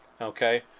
okay